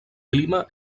clima